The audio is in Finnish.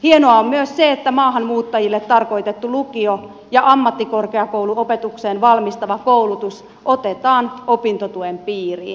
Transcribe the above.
hienoa on myös se että maahanmuuttajille tarkoitettu lukio ja ammattikorkeakouluopetukseen valmistava koulutus otetaan opintotuen piiriin